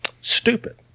stupid